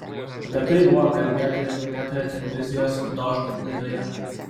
apie tai buvo kalbėta jau minėtoje televizijos dožd laidoje